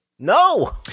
No